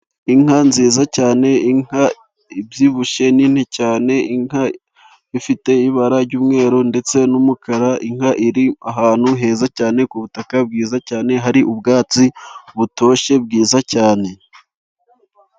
Inka nziza cyane, inka ibyibushye nini cyane, inka ifite ibara ry'umweru ndetse n'umukara, inka iri ahantu heza cyane ku butaka bwiza cyane, hari ubwatsi butoshye bwiza cyane.